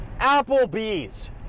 Applebee's